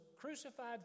crucified